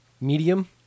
medium